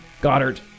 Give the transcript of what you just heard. Goddard